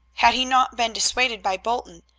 had he not been dissuaded by bolton,